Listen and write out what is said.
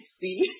see